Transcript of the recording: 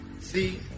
See